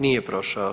Nije prošao.